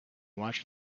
watched